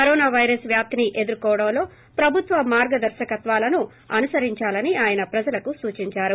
corona virus వ్యాప్తిని ఎదుర్కోవడంలో ప్రభుత్వ మార్గదర్శకాలను అనుసరించాలని ఆయన ప్రజలకు సూచించారు